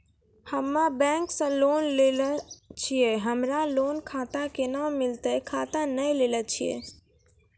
हम्मे बैंक से लोन लेली छियै हमरा लोन खाता कैना मिलतै खाता नैय लैलै छियै?